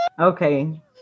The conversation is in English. Okay